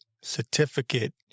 certificate